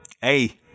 hey